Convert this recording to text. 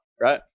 right